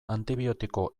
antibiotiko